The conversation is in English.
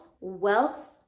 wealth